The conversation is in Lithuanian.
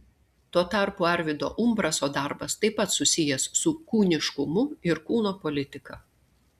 tuo tarpu arvydo umbraso darbas taip pat susijęs su kūniškumu ir kūno politika